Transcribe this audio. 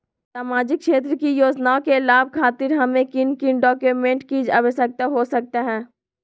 सामाजिक क्षेत्र की योजनाओं के लाभ खातिर हमें किन किन डॉक्यूमेंट की आवश्यकता हो सकता है?